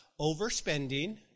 overspending